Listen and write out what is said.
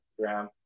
Instagram